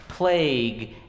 plague